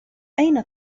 أين